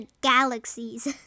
galaxies